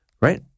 right